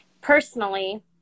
personally